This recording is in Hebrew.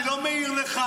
אני לא מעיר לך.